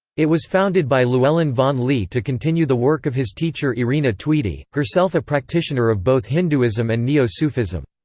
it was founded by llewellyn vaughan-lee to continue the work of his teacher irina tweedie, herself a practitioner of both hinduism and neo-sufism.